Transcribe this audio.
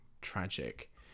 tragic